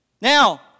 Now